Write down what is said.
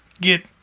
get